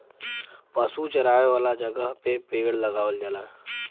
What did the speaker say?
पशु चरावे वाला जगह पे पेड़ लगावल जाला